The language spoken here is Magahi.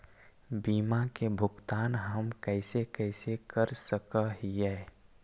बीमा के भुगतान हम कैसे कैसे कर सक हिय?